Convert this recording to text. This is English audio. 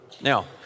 Now